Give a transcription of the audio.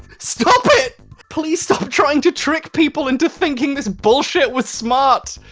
stop it! please, stop trying to trick people into thinking this bullshit was smart.